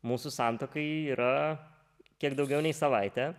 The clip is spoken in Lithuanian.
mūsų santuokai yra kiek daugiau nei savaitė